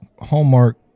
hallmark